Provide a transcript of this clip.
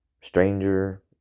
stranger